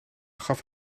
gaf